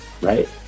right